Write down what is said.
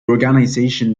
organisation